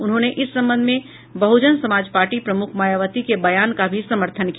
उन्होंने इस संबंध में बहुजन समाज पार्टी प्रमुख मायावती के बयान का भी समर्थन किया